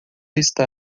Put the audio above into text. está